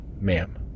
ma'am